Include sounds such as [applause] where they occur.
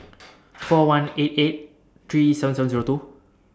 [noise] four one four eight eight three seven seven Zero two